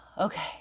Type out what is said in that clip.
okay